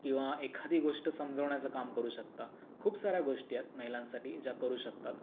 किंवा एखादी गोष्ट समजवण्याचं काम करू शकता खूप साऱ्या गोष्टी आहेत महिलांसाठी ज्या करू शकतात